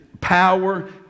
power